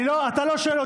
אתה מרשה לי,